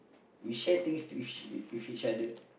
we share things to each with each other